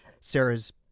Sarah's